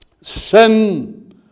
Sin